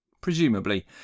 Presumably